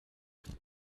garten